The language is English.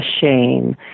shame